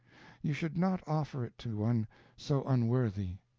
you should not offer it to one so unworthy.